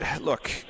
look